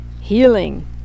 healing